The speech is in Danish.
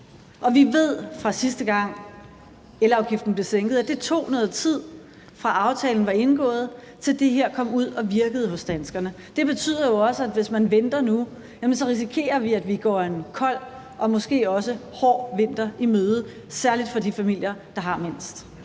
Og vi ved fra sidste gang, elafgiften blev sænket, at det tog noget tid, fra aftalen var indgået, til det her kom ud og virkede hos danskerne. Det betyder jo også, at hvis man venter nu, risikerer vi, at vi går en kold og måske også hård vinter i møde, særlig for de familier, der har mindst.